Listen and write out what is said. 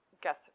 guess